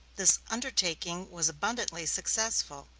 this undertaking was abundantly successful.